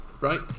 right